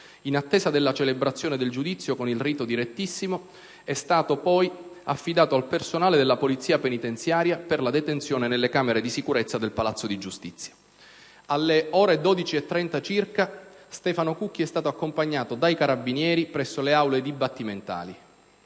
In attesa della celebrazione del giudizio con il rito direttissimo è stato poi affidato al personale della polizia penitenziaria per la detenzione nelle camere di sicurezza del Palazzo di giustizia. Alle ore 12,30 circa, Stefano Cucchi è stato accompagnato dai carabinieri presso le aule dibattimentali.